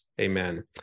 Amen